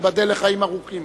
תיבדל לחיים ארוכים.